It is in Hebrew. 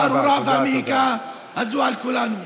הארורה, והמעיקה על כולנו.